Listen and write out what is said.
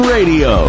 Radio